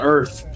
Earth